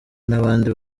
n’abandi